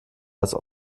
das